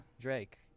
Drake